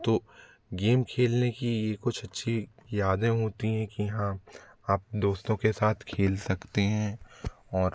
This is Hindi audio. तो गेम खेलने की ये कुछ अच्छी यादें होती हैं कि हाँ आप दोस्तों के साथ खेल सकते हैं और